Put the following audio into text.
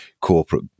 corporate